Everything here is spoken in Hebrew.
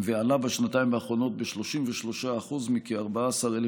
ועלה בשנתיים האחרונות ב-33% מכ-14,000